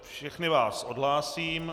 Všechny vás odhlásím.